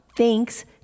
thanks